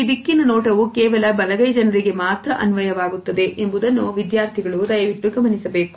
ಈ ದಿಕ್ಕಿನ ನೋಟವು ಕೇವಲ ಬಲಗೈ ಜನರಿಗೆ ಮಾತ್ರ ಅನ್ವಯವಾಗುತ್ತದೆ ಎಂಬುದನ್ನು ವಿದ್ಯಾರ್ಥಿಗಳು ದಯವಿಟ್ಟು ಗಮನಿಸಬೇಕು